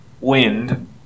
wind